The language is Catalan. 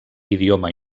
idioma